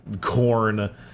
Corn